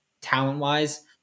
talent-wise